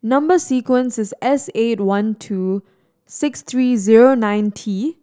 number sequence is S eight one two six three zero nine T